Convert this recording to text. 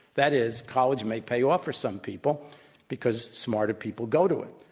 that is, college may pay off for some people because smarter people go to it.